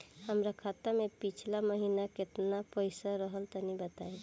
हमरा खाता मे पिछला महीना केतना पईसा रहे तनि बताई?